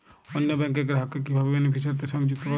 অন্য ব্যাংক র গ্রাহক কে কিভাবে বেনিফিসিয়ারি তে সংযুক্ত করবো?